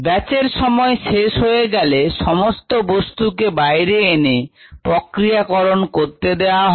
ব্যাচের সময় শেষ হয়ে গেলে সমস্ত বস্তুকে বাইরে এনে process করতে দেওয়া হয়